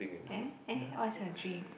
eh eh what's your dream